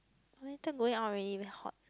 what time going out already very hot